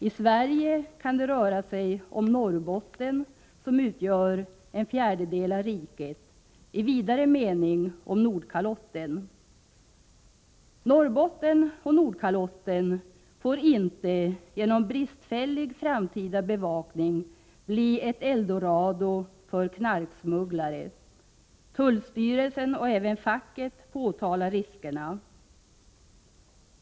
I Sverige kan det röra sig om Norrbotten, som utgör en fjärdedel av riket, och i vidare mening handlar det om Nordkalotten. Norrbotten och Nordkalotten får inte genom bristfällig framtida bevakning bli ett eldorado för knarksmugglare. Tullstyrelsen och även facket påtalar riskerna.